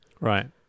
Right